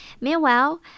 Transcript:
Meanwhile